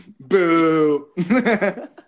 boo